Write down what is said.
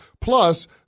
Plus